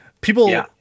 People